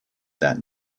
that